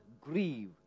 grieve